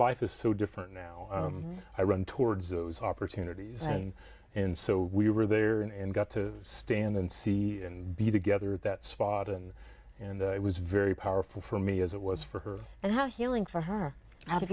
life is so different now i run towards those opportunities and in so we were there and got to stand and see and be together at that spot and and it was very powerful for me as it was for her and how h